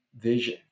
vision